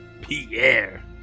Pierre